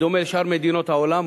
בדומה לשאר מדינות העולם,